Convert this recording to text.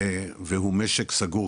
והוא משק סגור.